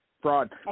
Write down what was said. Fraud